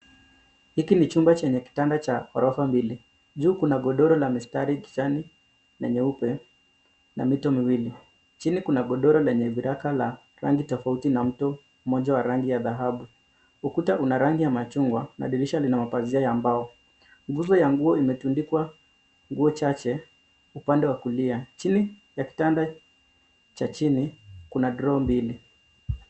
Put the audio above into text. Hiki ni chumba chenye kitanda cha orofa mbili. Juu kuna godoro la mistari kijani na nyeupe, na mito miwili. Chini kuna godoro lenye viraka la rangi tofauti na mto mmoja wa rangi ya dhahabu. Ukuta una rangi ya machungwa na dirisha lina mapazia ya mbao. Nguzo ya nguo imetundikwa nguo chache upande wa kulia. Chini ya kitanda cha chini kuna droo mbili.